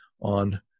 on